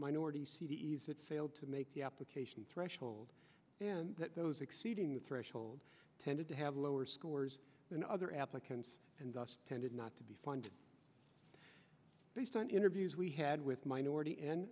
minority c d s that failed to make the application threshold that those exceeding the threshold tended to have lower scores than other applicants and thus tended not to be funded based on interviews we had with minority and